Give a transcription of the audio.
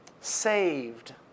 saved